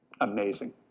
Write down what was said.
Amazing